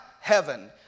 heaven